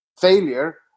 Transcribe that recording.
failure